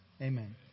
amen